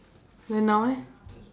then now eh